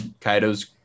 Kaido's